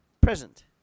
Present